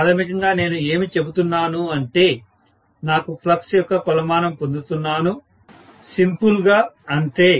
ప్రాథమికంగా నేను ఏమి చెప్తున్నాను అంటే నాకు ఫ్లక్స్ యొక్క కొలమానం పొందుతున్నాను సింపుల్ గా అంతే